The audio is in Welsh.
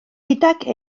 gydag